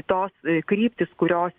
tos kryptys kurios